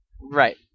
Right